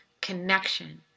connection